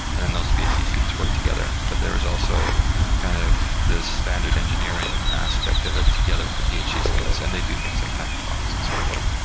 and and those ph d. students work together. but there's also kind of the standard engineering aspect of it together with the ph d. students and they do things like hackathons and so forth.